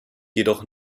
jedoch